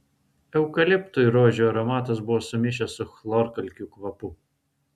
eukaliptų ir rožių aromatas buvo sumišęs su chlorkalkių kvapu